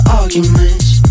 arguments